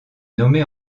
nommé